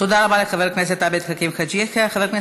תודה רבה לחבר הכנסת עבד אל חכים חאג' יחיא.